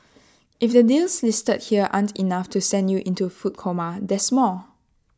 if the deals listed here still aren't enough to send you into A food coma there's more